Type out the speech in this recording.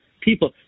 people